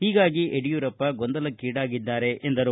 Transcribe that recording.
ಹೀಗಾಗಿ ಯಡಿಯೂರಪ್ಪ ಗೊಂದಲಕ್ಷೀಡಾಗಿದ್ದಾರೆ ಎಂದರು